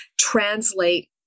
translate